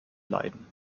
leiden